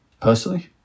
Personally